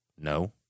no